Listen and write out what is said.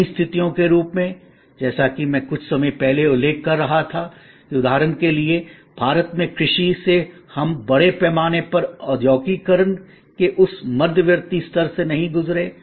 नई स्थितियों के रूप में जैसा की मैं कुछ समय पहले उल्लेख कर रहा था कि उदाहरण के लिए भारत में कृषि से हम बड़े पैमाने पर औद्योगीकरण के उस मध्यवर्ती स्तर से नहीं गुजरे